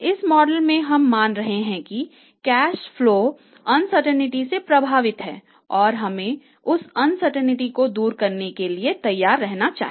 इस मॉडल में हम मान रहे हैं कि कैश फ्लो अनसर्टेंटी से प्रभावित है और हमें उस अनसर्टेंटी को दूर करने के लिए तैयार रहना चाहिए